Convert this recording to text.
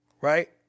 Right